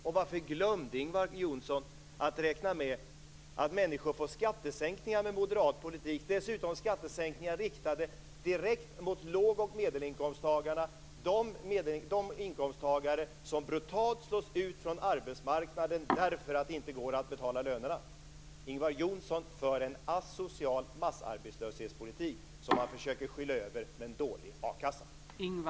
Och varför glömde Ingvar Johnsson att räkna med att människor får skattesänkningar med moderat politik - skattesänkningar som dessutom är riktade direkt mot låg och medelinkomsttagarna. Det är de inkomsttagare som brutalt slås ut från arbetsmarknaden därför att det inte går att betala lönerna. Ingvar Johnsson för en asocial massarbetslöshetspolitik som han försöker skyla över med en dålig a-kassa.